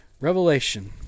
Revelation